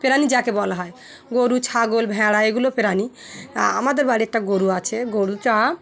প্রাণী যাকে বলা হয় গরু ছাগল ভেড়া এগুলো প্রাণী আমাদের বাড়িতে একটা গরু আছে গরুটা